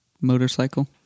Motorcycle